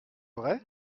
vrai